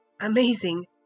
amazing